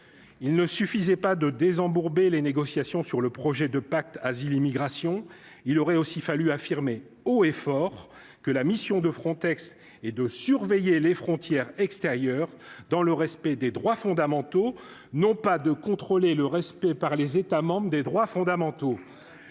il ne suffisait pas de des embourber les négociations sur le projet de pacte Asile immigration il aurait aussi fallu affirmer haut et fort que la mission de Frontex et de surveiller les frontières extérieures dans le respect des droits fondamentaux, non pas de contrôler le respect par les États membres des droits fondamentaux,